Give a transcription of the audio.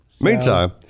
Meantime